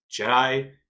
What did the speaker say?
Jedi